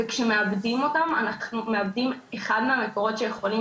וכשמאבדים אותם אנחנו מאבדים אחד מהמקורות שיכולים